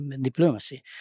diplomacy